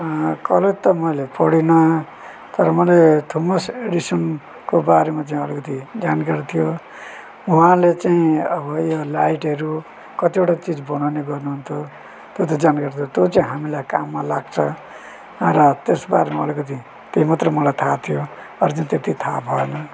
college त मैले पढिन तर मैले थोमस एडिसनको बारेमा चाहिँ अलिकति जानकारी थियो उहाँले चाहिँ अब यो लाइटहरू कतिवटा चिज बनाउने गर्नुहुन्थो त्यो त जानकारी त त्यो चाहिँ हामीलाई काममा लाग्छ र त्यसबारेमा अलिकति त्यो मात्रै मलाई थाह थियो अरू चाहिँ त्यति थाह भएन